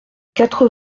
quatre